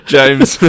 James